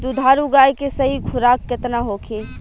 दुधारू गाय के सही खुराक केतना होखे?